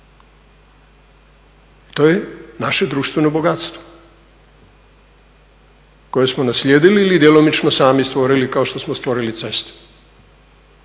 To je naše društveno bogatstvo koje smo naslijedili ili djelomično sami stvorili kao što smo stvorili ceste.